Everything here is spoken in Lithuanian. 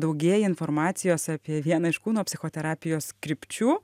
daugėja informacijos apie vieną iš kūno psichoterapijos krypčių